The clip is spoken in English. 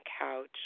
couch